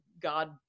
God